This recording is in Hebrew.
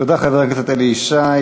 תודה, חבר הכנסת אלי ישי.